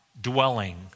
dwelling